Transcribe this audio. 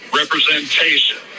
representation